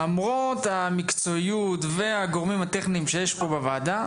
למרות המקצועיות והגורמים הטכניים שיש כאן בוועדה,